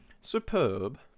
superb